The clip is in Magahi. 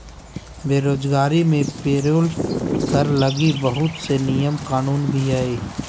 बेरोजगारी मे पेरोल कर लगी बहुत से नियम कानून भी हय